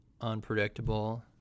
unpredictable